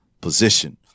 position